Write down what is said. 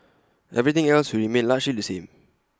everything else will remain largely the same